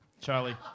Charlie